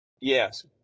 Yes